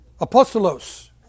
Apostolos